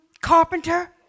carpenter